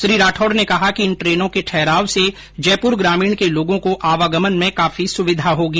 श्री राठौड ने कहा कि इन ट्रेनों के ठहराव से जयपुर ग्रामीण के लोगों को आवागमन में काफी सुविधा होगी